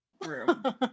room